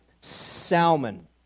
Salmon